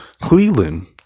Cleveland